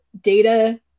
data